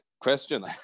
question